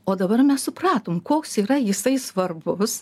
o dabar mes supratom koks yra jisai svarbus